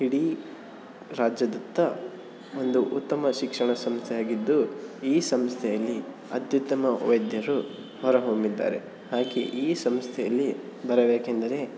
ಇಡೀ ರಾಜ್ಯದತ್ತ ಒಂದು ಉತ್ತಮ ಶಿಕ್ಷಣ ಸಂಸ್ಥೆಯಾಗಿದ್ದು ಈ ಸಂಸ್ಥೆಯಲ್ಲಿ ಅತ್ಯುತ್ತಮ ವೈದ್ಯರು ಹೊರಹೊಮ್ಮಿದ್ದಾರೆ ಹಾಗೆಯೇ ಈ ಸಂಸ್ಥೆಯಲ್ಲಿ ಬರಬೇಕೆಂದರೆ